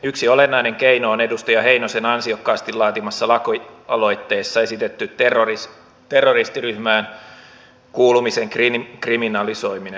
yksi olennainen keino on edustaja heinosen ansiokkaasti laatimassa lakialoitteessa esitetty terroristiryhmään kuulumisen kriminalisoiminen